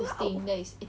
!wow!